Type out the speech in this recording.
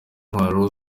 intwaro